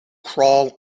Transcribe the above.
crawl